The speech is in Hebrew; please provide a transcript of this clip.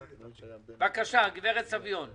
בבקשה, גברת סביון,